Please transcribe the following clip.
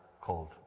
called